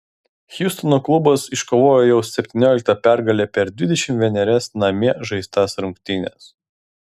hjustono klubas iškovojo jau septynioliktą pergalę per dvidešimt vienerias namie žaistas rungtynes